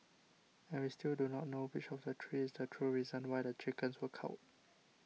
and we still do not know which of the three is the true reason why the chickens were culled